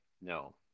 no